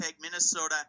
Minnesota